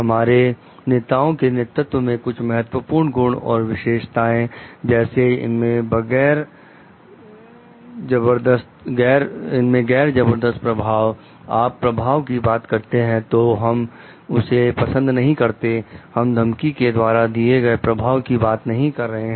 हमारे नेताओं के नेतृत्व में कुछ महत्वपूर्ण गुण एवं विशेषताएं जैसे इनमें गैर जबरदस्त प्रभाव आप प्रभाव की बात करते हैं तो हम उसे पसंद नहीं करते हम धमकी के द्वारा दिए गए प्रभाव की बात नहीं कर रहे हैं